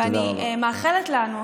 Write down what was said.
אני מאחלת לנו,